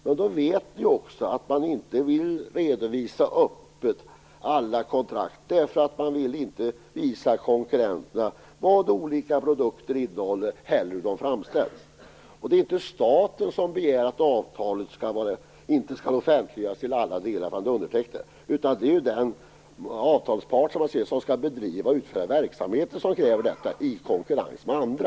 Men vi vet också att man inte öppet vill redovisa alla kontrakt, därför att man inte vill visa konkurrenterna vad olika produkter innehåller och hur de framställs. Det är inte staten som begär att avtalen inte skall offentliggöras i alla delar, utan det är den avtalspart som skall bedriva verksamheten i konkurrens med andra som kräver detta.